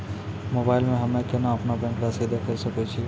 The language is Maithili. मोबाइल मे हम्मय केना अपनो बैंक रासि देखय सकय छियै?